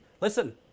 listen